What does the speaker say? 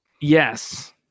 yes